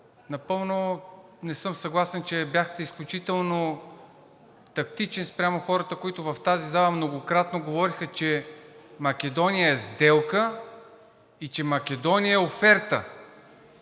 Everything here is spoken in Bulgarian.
напълно не съм съгласен, че бяхте изключително тактичен спрямо хората, които в тази зала многократно говориха, че Македония е сделка и че Македония е оферта.